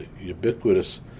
ubiquitous